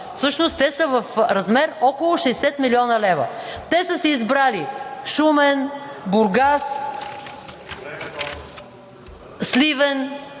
всъщност те са в размер около 60 млн. лв. Те са си избрали: Шумен, Бургас, Сливен